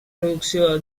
producció